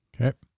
Okay